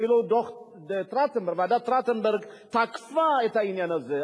אפילו ועדת-טרכטנברג תקפה את העניין הזה.